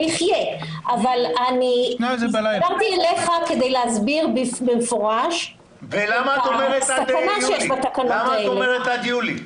אני אחיה אבל דיברתי אליך כדי להסביר במפורש את הסכנה שיש בתקנות האלה.